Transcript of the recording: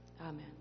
Amen